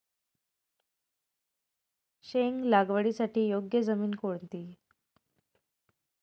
शेंग लागवडीसाठी योग्य जमीन कोणती?